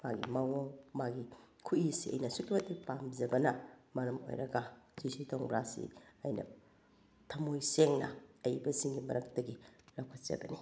ꯃꯥꯒꯤ ꯃꯑꯣꯡ ꯃꯥꯒꯤ ꯈꯨꯏꯁꯦ ꯑꯩꯅ ꯑꯁꯨꯛꯀꯤ ꯃꯇꯤꯛ ꯄꯥꯝꯖꯕꯅ ꯃꯔꯝ ꯑꯣꯏꯔꯒ ꯖꯤ ꯁꯤ ꯇꯣꯡꯕ꯭ꯔꯥꯁꯤ ꯑꯩꯅ ꯊꯃꯣꯏ ꯁꯦꯡꯅ ꯑꯏꯕꯁꯤꯡꯒꯤ ꯃꯔꯛꯇꯒꯤ ꯂꯧꯈꯠꯆꯕꯅꯤ